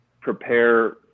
prepare